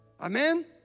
Amen